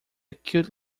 cute